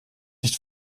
nicht